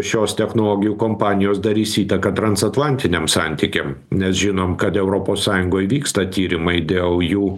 šios technologijų kompanijos darys įtaką transatlantiniam santykiam nes žinom kad europos sąjungoj vyksta tyrimai dėl jų